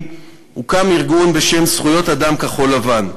הוקם ארגון בשם "זכויות אדם כחול-לבן",